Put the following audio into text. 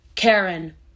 Karen